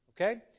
okay